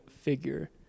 figure